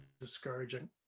discouraging